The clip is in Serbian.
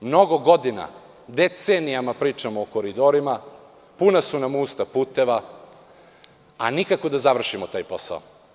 Mnogo godina, decenijama pričamo o koridorima, puna su nam usta puteva, a nikako da završimo taj posao.